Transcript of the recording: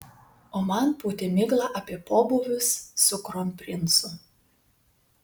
o man pūtė miglą apie pobūvius su kronprincu